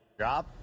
drop